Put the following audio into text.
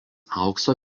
aukso